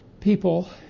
people